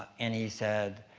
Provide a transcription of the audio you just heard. and he said,